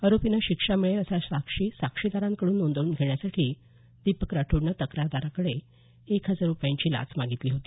आरोपींना शिक्षा मिळेल अशा साक्षी साक्षीदारांकड्रन नोंदवून घेण्यासाठी दीपक राठोडनं तक्रारदाराकडं एक हजार रुपयांची लाच मागितली होती